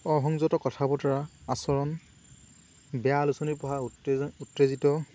অসংযত কথা বতৰা আচৰণ বেয়া আলোচনী পঢ়া উত্তে উত্তেজিত